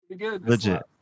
legit